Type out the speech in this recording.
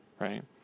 right